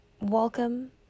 Welcome